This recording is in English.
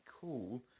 cool